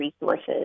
resources